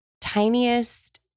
tiniest